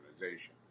organization